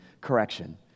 correction